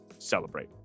celebrate